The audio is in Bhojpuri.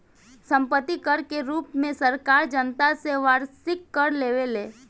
सम्पत्ति कर के रूप में सरकार जनता से वार्षिक कर लेवेले